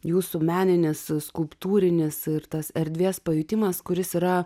jūsų meninis skulptūrinis ir tas erdvės pajutimas kuris yra